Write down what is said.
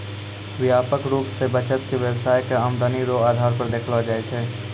व्यापक रूप से बचत के व्यवसाय के आमदनी रो आधार पर देखलो जाय छै